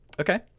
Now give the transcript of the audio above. Okay